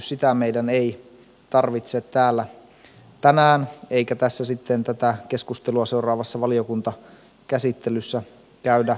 sitä meidän ei tarvitse täällä tänään eikä sitten tätä keskustelua seuraavassa valiokuntakäsittelyssä käydä läpi